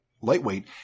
lightweight